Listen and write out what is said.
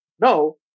no